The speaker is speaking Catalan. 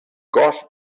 cos